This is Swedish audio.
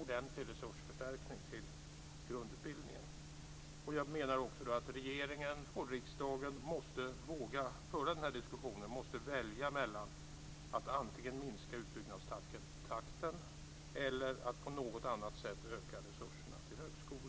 ordentlig förstärkning av resurserna till grundutbildningen. Jag menar också att regeringen och riksdagen måste våga föra den här diskussionen, måste välja mellan att antingen minska utbyggnadstakten eller att på något annat sätt öka resurserna till högskolan.